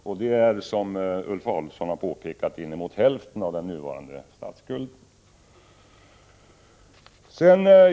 Och det är, som Ulf Adelsohn har påpekat, inemot hälften av den nuvarande statsskulden.